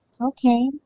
Okay